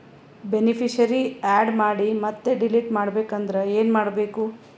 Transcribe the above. Beneficiary, add ಮಾಡಿ ಮತ್ತೆ delete ಮಾಡಬೇಕೆಂದರೆ ಏನ್ ಮಾಡಬೇಕು?